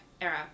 era